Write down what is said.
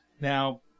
now